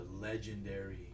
legendary